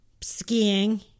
skiing